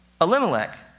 Elimelech